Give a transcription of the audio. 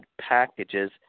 packages